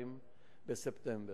ב-22 בספטמבר.